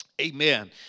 Amen